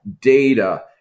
data